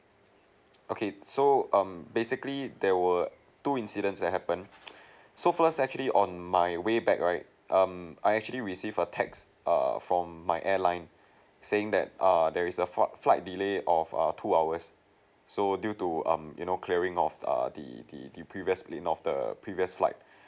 okay so um basically there were two incidents that happened so first actually on my way back right um I actually received a text err from my airline saying that err there is a fl~ flight delay of err two hours so due to um you know clearing of err the the the previously plane of the previous flight